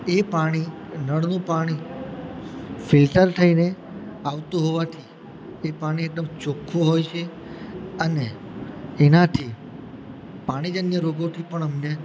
એ પાણી નળનું પાણી ફિલ્ટર થઈને આવતું હોવાથી એ પાણી એકદમ ચોખ્ખું હોય છે અને એનાથી પાણીજન્ય રોગોથી પણ અમને